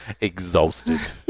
Exhausted